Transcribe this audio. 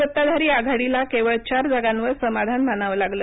सत्ताधारी आघाडीला केवळ चार जागांवर समाधान मानावं लागले